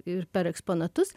ir per eksponatus